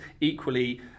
Equally